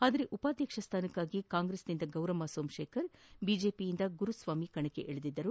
ಆದರೆ ಉಪಾಧ್ಯಕ್ಷ ಸ್ಥಾನಕ್ಕಾಗಿ ಕಾಂಗ್ರೆಸ್ ನಿಂದ ಗೌರಮ್ಮ ಸೋಮಶೇಖರ್ ಬಿಜೆಪಿಯಿಂದ ಗುರುಸ್ವಾಮಿ ಕಣಕ್ಕಿಳಿದಿದ್ದರು